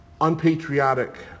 unpatriotic